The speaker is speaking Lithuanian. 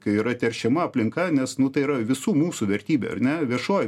kai yra teršiama aplinka nes nu tai yra visų mūsų vertybė ar ne viešoji